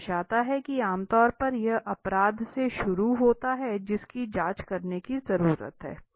यह दर्शाता है कि आम तौर पर यह अपराध से शुरू होता है जिसकी जांच करने की जरूरत है